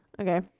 Okay